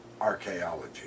archaeology